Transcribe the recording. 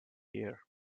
here